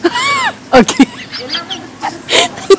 okay